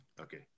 okay